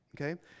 okay